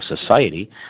society